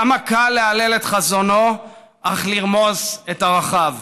כמה קל להלל את חזונו אך לרמוס את ערכיו.